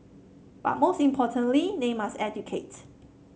but most importantly they must educate